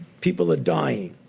people are dying.